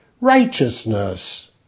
righteousness